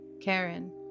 Karen